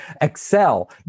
Excel